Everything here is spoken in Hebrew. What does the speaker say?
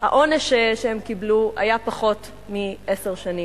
העונש שהם קיבלו היה פחות מעשר שנים.